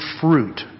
fruit